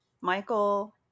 Michael